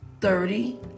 thirty